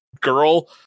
girl